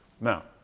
Now